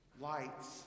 lights